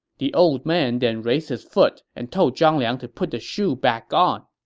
the old man then raised his foot and told zhang liang to put the shoe back on.